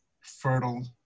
fertile